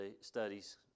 studies